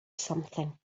something